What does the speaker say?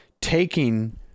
taking